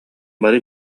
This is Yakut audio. бары